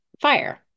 fire